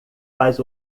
faz